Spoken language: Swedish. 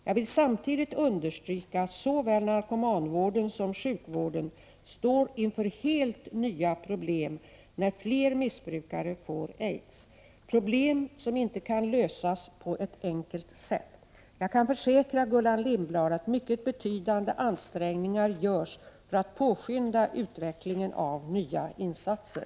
Jag vill samtidigt understryka att såväl narkomanvården som sjukvården står inför helt nya problem när fler missbrukare får aids — problem som inte kan lösas på ett enkelt sätt. Jag kan försäkra Gullan Lindblad att mycket betydande ansträngningar görs för att påskynda utvecklingen av nya insatser.